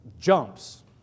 jumps